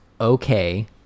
okay